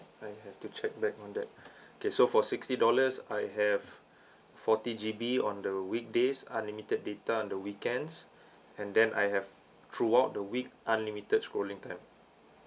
I have to check back on that okay so for sixty dollars I have forty G_B on the weekdays unlimited data on the weekends and then I have throughout the week unlimited scrolling time